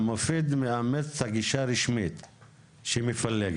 מופיד מאמץ את הגישה הרשמית שמפלגת.